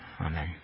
amen